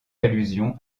allusion